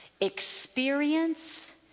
experience